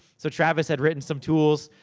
so, travis had written some tools,